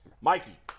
Mikey